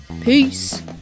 Peace